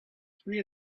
three